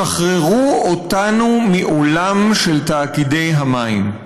שחררו אותנו מעולם של תאגידי המים.